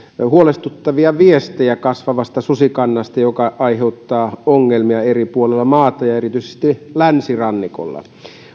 huolestuttavia viestejä kasvavasta susikannasta joka aiheuttaa ongelmia eri puolilla maata ja erityisesti länsirannikolla